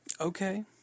Okay